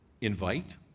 invite